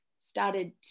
started